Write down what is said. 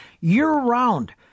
year-round